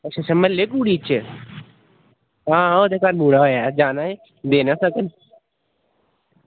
अच्छा अच्छा म्हल्लै दी कुड़ी च आं ओह्दे घर मुड़ा होआ ऐ जाना ऐ लैना असें ई